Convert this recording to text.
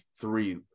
three